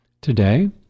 Today